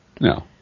no